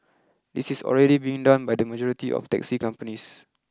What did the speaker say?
this is already being done by the majority of taxi companies